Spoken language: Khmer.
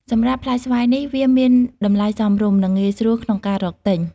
សម្រាប់ផ្លែស្វាយនេះ វាមានតម្លៃសមរម្យ និងងាយស្រួលក្នុងការរកទិញ។